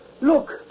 Look